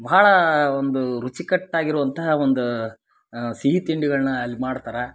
ಭಾಳ ಒಂದು ರುಚಿಕಟ್ ಆಗಿರ್ವಂತಹ ಒಂದು ಸಿಹಿ ತಿಂಡಿಗಳನ್ನ ಅಲ್ಲಿ ಮಾಡ್ತಾರ